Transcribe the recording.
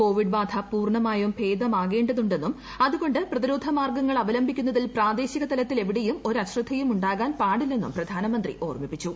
Covid ബാധ പൂർണ്ണമായും ഭേദമാകേണ്ടതുണ്ടെന്നും അതുകൊണ്ട് പ്രതിരോധ്യ് മാർഗ്ഗങ്ങൾ അവലംബിക്കുന്നതിൽ പ്രാദേശിക തലത്തിൽ ഏപ്പിടെയും ഒരു അശ്രദ്ധയും ഉണ്ടാകാൻ പാടില്ലെന്നും പ്രധാനമന്ത്രി് ഓർമ്മിപ്പിച്ചു